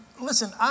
listen